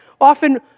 Often